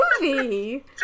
movie